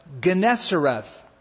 Gennesareth